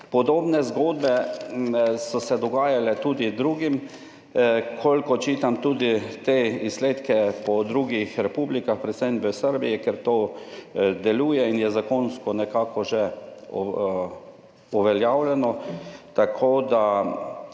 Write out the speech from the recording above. Podobne zgodbe so se dogajale tudi drugim, kolikor čitam tudi te izsledke po drugih republikah, predvsem v Srbiji, kjer to deluje in je zakonsko nekako že uveljavljeno, tako da